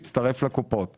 לחוק ביטוח בריאות